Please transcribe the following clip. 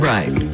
Right